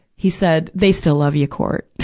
he said, they still love you, court.